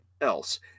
else